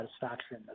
satisfaction